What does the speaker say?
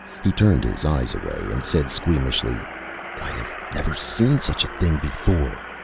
he turned his eyes away and said squeamishly i have never seen such a thing before.